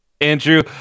Andrew